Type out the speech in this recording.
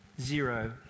zero